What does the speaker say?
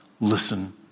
listen